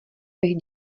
bych